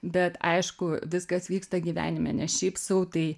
bet aišku viskas vyksta gyvenime ne šiaip sau tai